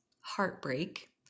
heartbreak